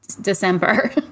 December